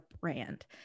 brand